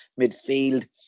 midfield